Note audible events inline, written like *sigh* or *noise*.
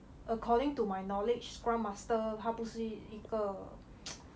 according to my knowledge scrum master 它不是一个 *noise*